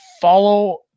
follow